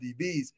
DBs